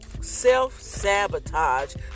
self-sabotage